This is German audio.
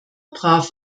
brav